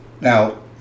Now